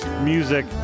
music